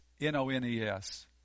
N-O-N-E-S